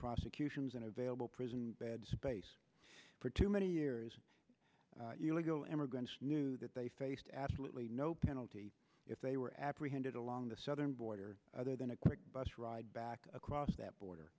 prosecutions in available prison bed space for too many years legal immigrants knew that they faced absolutely no penalty if they were apprehended along the southern border other than a quick bus ride back across that border